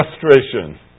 frustration